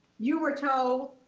you were told